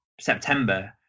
September